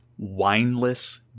Wineless